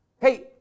Hey